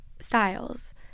styles